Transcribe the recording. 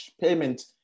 payment